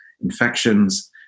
infections